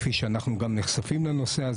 כפי שאנחנו גם נחשפים לנושא.